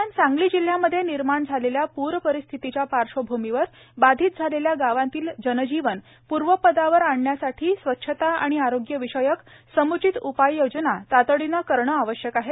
दरम्यान सांगली जिल्ह्यामध्ये निर्माण झालेल्या पूर परिस्थितीच्या पार्श्वभूमीवर बाधित झालेल्या गावांतील जनजीवन पूर्वपदावर आणण्यासाठी स्वच्छता आणि आरोग्य विषयक समुचित उपाययोजना तातडीने करणे आवश्यक आहे